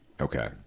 Okay